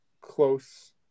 close